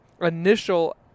initial